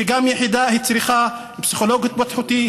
כי גם יחידה צריכה פסיכולוג התפתחותי,